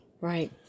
Right